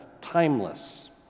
timeless